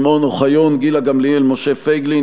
שמעון אוחיון, גילה גמליאל ומשה פייגלין.